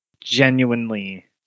Genuinely